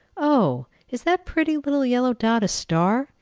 oh! is that pretty little yellow dot a star?